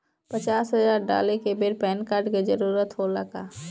पचास हजार डाले के बेर पैन कार्ड के जरूरत होला का?